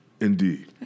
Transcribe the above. Indeed